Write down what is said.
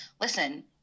listen